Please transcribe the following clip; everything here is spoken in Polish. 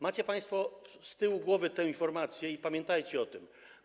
Macie państwo z tyłu głowy tę informację i pamiętajcie o tym.